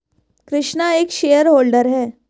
कृष्णा एक shareholder है